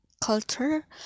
culture